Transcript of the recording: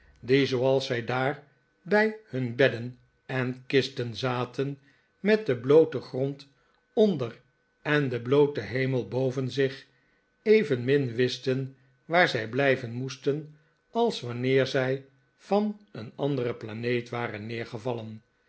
die zooals zij daar bij hun bedden en kisten zaten met den blooten grond onder en den blooten hemel boven zich evenmin wisten waar zij blijven moesten als wanneer zij van een andere planeet waren